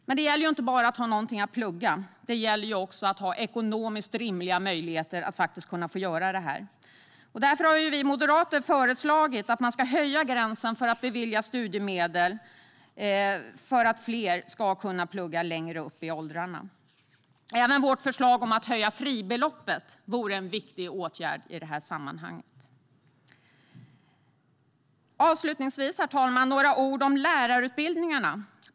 Men det gäller inte bara att det finns något att plugga, utan det handlar också om att ha ekonomiskt rimliga möjligheter att få studera. Vi moderater har därför föreslagit att man ska höja gränsen för att bevilja studiemedel för att fler ska kunna plugga längre upp i åldrarna. Även vårt förslag om att höja fribeloppet vore en viktig åtgärd i sammanhanget. Herr talman! Avslutningsvis några ord om lärarutbildningarna.